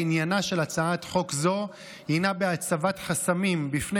עניינה של הצעת חוק זו הוא בהצבת חסמים בפני